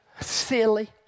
silly